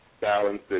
balanced